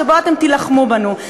שבו אתם תילחמו בנו,